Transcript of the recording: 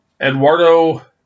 Eduardo